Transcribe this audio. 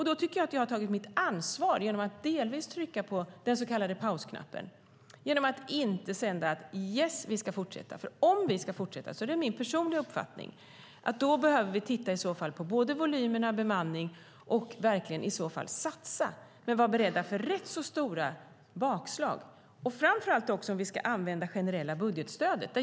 Då tycker jag att jag har tagit mitt ansvar genom att delvis trycka på den så kallade pausknappen genom att inte säga: Yes, vi ska fortsätta. Om vi ska fortsätta är det min personliga uppfattning att vi behöver titta på både volymerna och bemanningen och verkligen satsa men vara beredda på rätt stora bakslag. Det gäller framför allt om vi ska använda det generella budgetstödet.